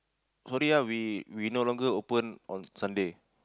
sorry ah we we no longer open on Sunday